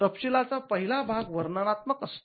तपशीलाचा पहिला भाग वर्णनात्मक असतो